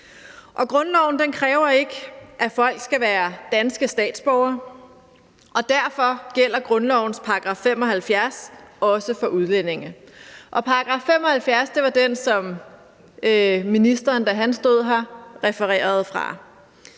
Grundloven kræver ikke, at folk skal være danske statsborgere, og derfor gælder grundlovens § 75 også for udlændinge. § 75 er den, som ministeren, da han